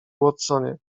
watsonie